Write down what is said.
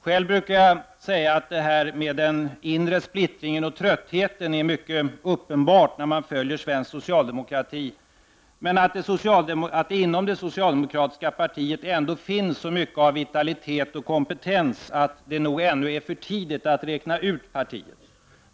Själv brukar jag säga att den inre splittringen och tröttheten är något mycket uppenbart när man följer svensk socialdemokrati, men att det inom det socialdemokratiska partiet ändå finns så mycket av vitalitet och kompetens att det nog ännu är för tidigt att räkna ut partiet.